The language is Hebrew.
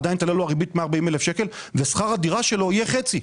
עדיין תעלה לו הריבית 140,000 שקלים ושכר הדירה שלו יהיה חצי.